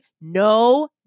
No